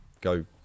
go